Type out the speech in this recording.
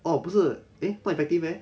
oh 不是 eh 不 effective meh